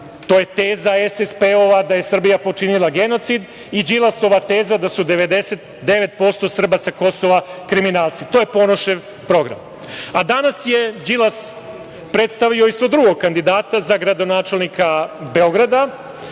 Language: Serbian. to je teza SSP-ova da je Srbija počinila genocid i Đilasova teza da su 99% Srba sa Kosova kriminalci. To je Ponošev program. Danas je Đilas predstavio isto drugog kandidata za gradonačelnika Beograda,